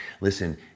Listen